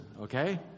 okay